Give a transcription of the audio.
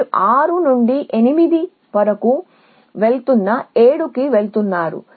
మీరు 6 నుండి 8 వరకు వెళుతున్న 7 కి వెళుతున్నారు